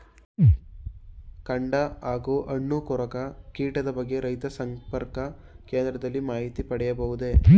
ಕಾಂಡ ಹಾಗೂ ಹಣ್ಣು ಕೊರಕ ಕೀಟದ ಬಗ್ಗೆ ರೈತ ಸಂಪರ್ಕ ಕೇಂದ್ರದಲ್ಲಿ ಮಾಹಿತಿ ಪಡೆಯಬಹುದೇ?